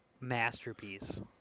masterpiece